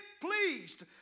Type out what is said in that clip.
pleased